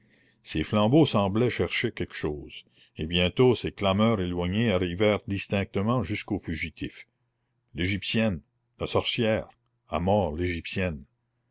ces flambeaux semblaient chercher quelque chose et bientôt ces clameurs éloignées arrivèrent distinctement jusqu'aux fugitifs l'égyptienne la sorcière à mort l'égyptienne